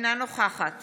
אינה נוכחת